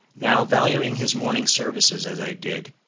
now, valuing his morning services as i did,